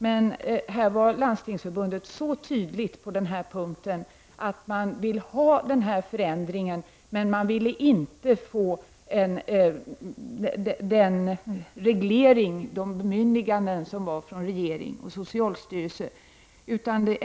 Men Landstingsförbundet var så tydlig på den punkten, dvs. att man ville ha denna förändring men inte få den reglering och det bemyndigande som ges från regeringen och socialstyrelsen.